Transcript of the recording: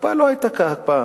ההקפאה לא היתה הקפאה.